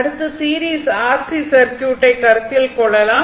அடுத்து series R C சர்க்யூட்டை கருத்தில் கொள்ளலாம்